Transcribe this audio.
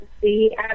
see